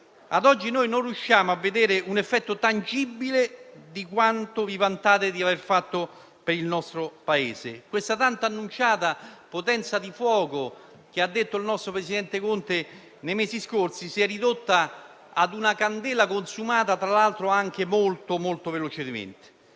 Ad oggi non riusciamo a vedere un effetto tangibile di quanto vi vantate di avere fatto per il Paese. La tanto annunciata potenza di fuoco, di cui ha parlato il presidente Conte nei mesi scorsi, si è ridotta ad una candela consumata, tra l'altro anche molto velocemente.